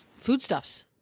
foodstuffs